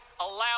allow